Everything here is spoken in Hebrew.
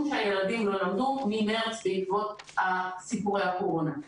שהילדים לא למדו ממרס בעקבות סיפורי הקורונה.